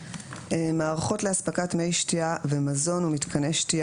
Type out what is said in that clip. מערכות לאספקת מי שתיה ומזון ומתקני שתיה